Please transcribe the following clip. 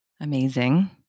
Amazing